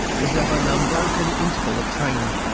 was of an unbroken interval of training.